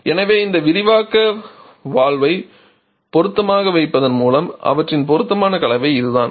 எனவே இந்த விரிவாக்க வால்வை பொருத்தமாக வைப்பதன் மூலமும் அவற்றின் பொருத்தமான கலவை இதுதான்